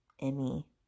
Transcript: Emmy